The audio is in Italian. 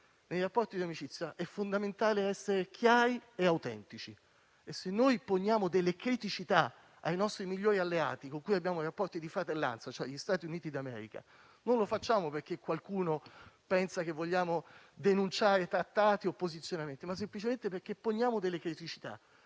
alleati seri - è fondamentale essere chiari e autentici. E, se poniamo criticità ai nostri migliori alleati con cui abbiamo rapporti di fratellanza, e cioè gli Stati Uniti d'America, non lo facciamo perché qualcuno pensa che vogliamo denunciare trattati o posizionamenti, ma semplicemente poniamo delle criticità.